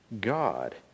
God